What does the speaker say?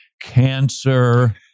cancer